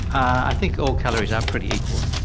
i think all calories are pretty equal.